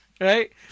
Right